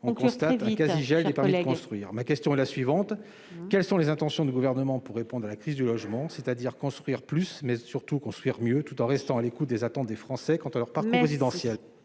on constate un quasi-gel des permis de construire. Ma question est la suivante : quelles sont les intentions du Gouvernement pour répondre à la crise du logement, c'est-à-dire construire plus, mais surtout construire mieux, tout en restant à l'écoute des attentes des Français quant à leur parcours résidentiel ?